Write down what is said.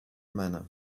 manner